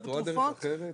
את רואה דרך אחרת?